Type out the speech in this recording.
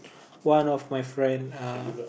one of my friend uh